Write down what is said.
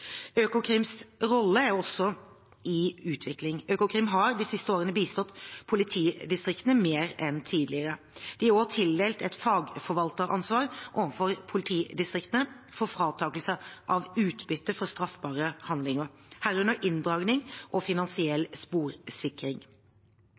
Økokrims rolle er også i utvikling. Økokrim har de siste årene bistått politidistriktene mer enn tidligere. De er også tildelt et fagforvalteransvar overfor politidistriktene for fratakelse av utbytte fra straffbare handlinger, herunder inndragning, og finansiell